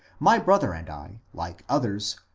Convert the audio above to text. my brother and i, like others,